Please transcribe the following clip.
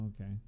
Okay